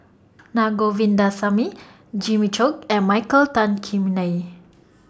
Na Govindasamy Jimmy Chok and Michael Tan Kim Nei